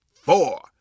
four